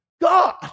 God